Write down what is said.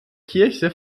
kirche